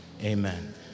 amen